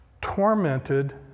tormented